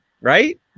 right